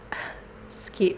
skip